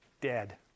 Dead